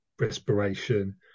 respiration